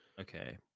Okay